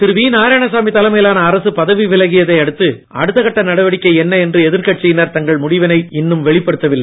திரு நாராயணசாமி தலைமையிலான அரசு பதவி விலகியதை அடுத்து அடுத்த கட்ட நடவடிக்கை என்ன என்று எதிர்கட்சியினர் தங்கள் முடிவினை வெளிப்படுத்தவில்லை